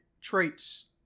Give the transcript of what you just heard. traits